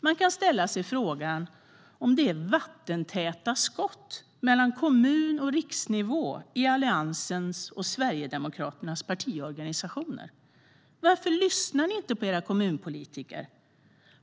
Man kan ställa sig frågan om det är vattentäta skott mellan kommun och riksnivå i Alliansens och Sverigedemokraternas partiorganisationer. Varför lyssnar ni inte på era kommunpolitiker?